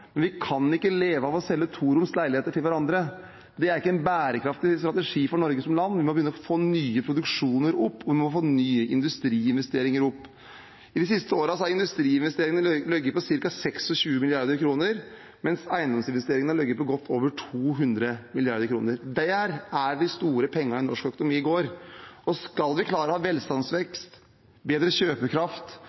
men vi kan ikke leve av å selge toroms leiligheter til hverandre. Det er ikke en bærekraftig strategi for Norge som land, og vi må begynne å få nye produksjoner opp. Vi må få nye industriinvesteringer opp. I de siste årene har industriinvesteringene ligget på ca. 26 mrd. kr, mens eiendomsinvesteringer har ligget på godt over 200 mrd. kr. Det er der de store pengene i norsk økonomi går, og skal vi klare å ha velstandsvekst, bedre kjøpekraft,